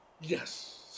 Yes